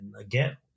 again